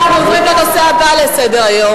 אנחנו עוברים לנושא הבא בסדר-היום,